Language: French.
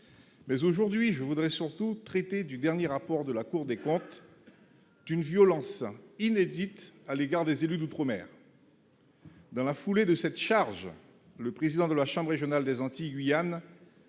mais aujourd'hui je voudrais surtout traiter du dernier rapport de la Cour des comptes, d'une violence inédite à l'égard des élus d'outre-mer. Dans la foulée de cette charge, le président de la chambre régionale des Antilles Guyane